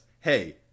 Hey